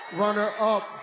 runner-up